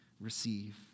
receive